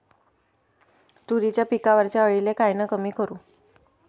तुरीच्या पिकावरच्या अळीले कायनं कमी करू?